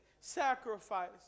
sacrifice